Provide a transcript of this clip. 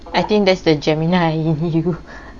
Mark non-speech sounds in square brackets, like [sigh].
I think that's the gemini in you [laughs]